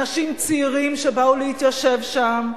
אנשים צעירים שבאו להתיישב שם,